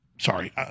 Sorry